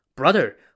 Brother